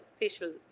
facial